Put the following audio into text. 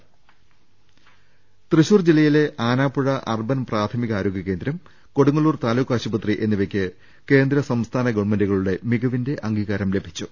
രുട്ടിട്ട്ട്ട്ട്ട്ട്ട തൃശൂർ ജില്ലയിലെ ആനാപ്പുഴ അർബൻ പ്രാഥമിക ആരോഗ്യ കേന്ദ്രം കൊടുങ്ങല്ലൂർ താലൂക്ക് ആശുപത്രി എന്നിവക്ക് കേന്ദ്ര സംസ്ഥാന ഗവൺമെന്റുകളുടെ മികവിന്റെ അംഗീകാരം ലഭിച്ചു